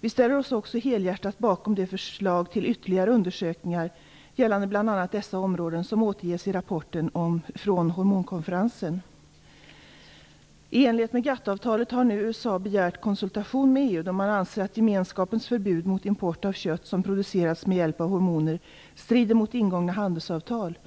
Vi ställer oss också helhjärtat bakom de förslag till ytterligare undersökningar gällande bl.a. dessa områden som återges i rapporten från den s.k. Hormonkonferensen. I enlighet med GATT-avtalet har nu USA begärt konsultationer med EU, då man anser att gemenskapens förbud mot import av kött som producerats med hjälp av hormoner strider mot ingångna handelsavtal